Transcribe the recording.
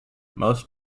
most